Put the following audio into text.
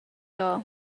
ora